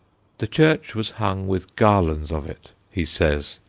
the church was hung with garlands of it, he says,